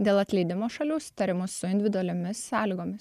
dėl atleidimo šalių sutarimu su individualiomis sąlygomis